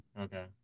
Okay